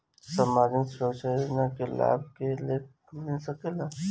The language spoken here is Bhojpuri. सामाजिक सुरक्षा योजना के लाभ के लेखा मिल सके ला?